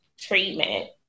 treatment